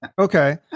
okay